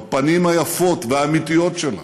בפנים היפות והאמיתיות שלה,